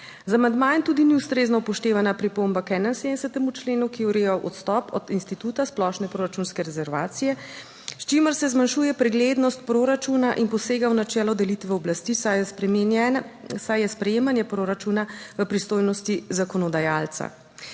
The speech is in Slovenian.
Z amandmajem tudi ni ustrezno upoštevana pripomba k 71. členu, ki ureja odstop od instituta splošne proračunske rezervacije, s čimer se zmanjšuje preglednost proračuna in posega v načelo delitve oblasti, saj je sprejemanje proračuna v pristojnosti zakonodajalca.